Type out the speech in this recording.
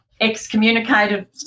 excommunicated